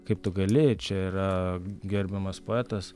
kaip tu gali čia yra gerbiamas poetas